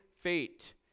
fate